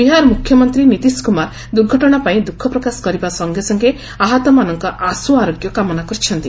ବିହାର ମୁଖ୍ୟମନ୍ତ୍ରୀ ନୀତିଶ କୁମାର ଦୂର୍ଘଟଣା ପାଇଁ ଦୂଃଖ ପ୍ରକାଶ କରିବା ସଙ୍ଗେ ସଙ୍ଗେ ଆହତମାନଙ୍କ ଆଶୁ ଆରୋଗ୍ୟ କାମନା କରିଛନ୍ତି